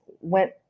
Went